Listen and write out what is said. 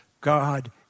God